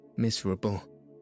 miserable